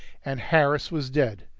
and harris was dead.